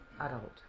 adult